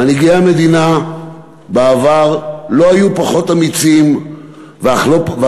מנהיגי המדינה בעבר לא היו פחות אמיצים ואף